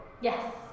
Yes